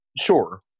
Sure